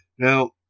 Now